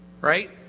right